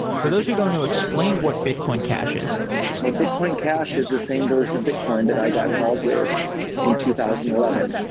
for those who don't know, explain what bitcoin cash is so bitcoin cash is the same version of bitcoin that i got involved with in two thousand and eleven.